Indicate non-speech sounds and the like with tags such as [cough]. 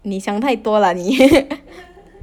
你想太多 lah 你 [laughs]